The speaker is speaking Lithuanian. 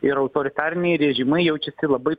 ir autoritariniai režimai jaučiasi labai